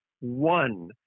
one